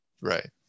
right